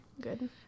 Good